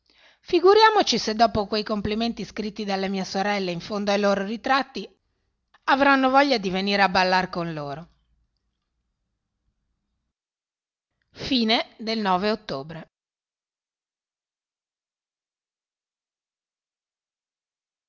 figuriamoci se dopo quei complimenti scritti dalle mie sorelle in fondo ai loro ritratti avranno voglia di venire a ballar con loro ottobre